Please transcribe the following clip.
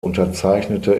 unterzeichnete